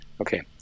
Okay